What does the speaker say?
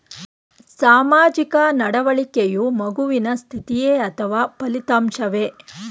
ಸಾಮಾಜಿಕ ನಡವಳಿಕೆಯು ಮಗುವಿನ ಸ್ಥಿತಿಯೇ ಅಥವಾ ಫಲಿತಾಂಶವೇ?